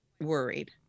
worried